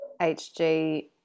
HG